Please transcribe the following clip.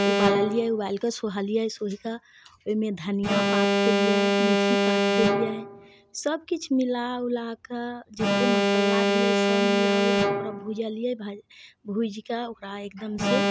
उबाललियै उबालिके सोहलियै सोहि के ओहिमे धनिआ पात देलियै मेथी पात देलियै सब किछु मिला ओला कऽ जतेक मसाला भेलै सब मिला ओलाके ओकरा भूजलियै भाजलियै भूजिके ओकरा एकदम से